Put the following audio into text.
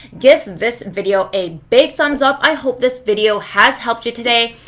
give this video a big thumbs up. i hope this video has helped you today.